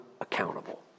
accountable